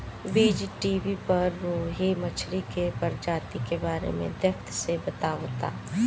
बीज़टीवी पर रोहु मछली के प्रजाति के बारे में डेप्थ से बतावता